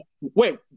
Wait